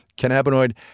Cannabinoid